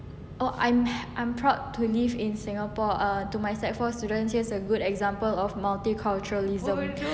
oh I'm proud to live in singapore err to my sec four students here is a good example of multiculturalism